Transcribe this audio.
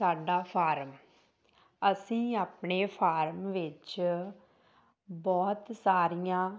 ਸਾਡਾ ਫਾਰਮ ਅਸੀਂ ਆਪਣੇ ਫਾਰਮ ਵਿੱਚ ਬਹੁਤ ਸਾਰੀਆਂ